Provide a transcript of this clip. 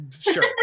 sure